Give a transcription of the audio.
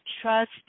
trust